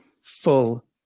full